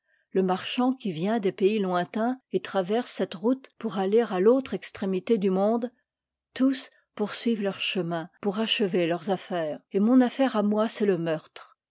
le marchand qui vient des pays lointains et traverse cette route pour aller à l'autre extré mité du monde tous poursuivent leur chemin pour achever leurs affaires et mon affaire à moi c'est lè meurtre